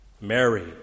Mary